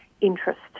interest